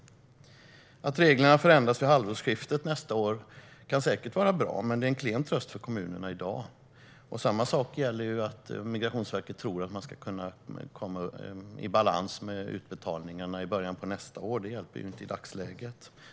Att reglerna förändras vid halvårsskiftet nästa år kan säkert vara bra, men det är en klen tröst för kommunerna i dag. Samma sak gäller med att Migrationsverket tror att man ska kunna komma i balans med utbetalningarna i början av nästa år; det hjälper ju inte i dagsläget.